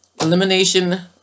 elimination